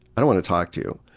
i don't want to talk to you.